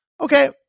Okay